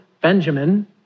Benjamin